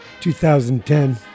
2010